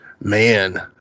man